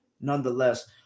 nonetheless